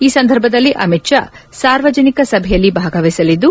ಈ ಸಂದರ್ಭದಲ್ಲಿ ಅಮಿತ್ ಶಾ ಸಾರ್ವಜನಿಕ ಸಭೆಯಲ್ಲಿ ಭಾಗವಹಿಸಲಿದ್ದು